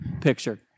picture